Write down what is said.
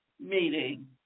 meeting